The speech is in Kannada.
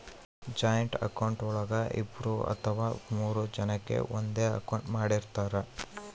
ಜಾಯಿಂಟ್ ಅಕೌಂಟ್ ಒಳಗ ಇಬ್ರು ಅಥವಾ ಮೂರು ಜನಕೆ ಒಂದೇ ಅಕೌಂಟ್ ಮಾಡಿರ್ತರಾ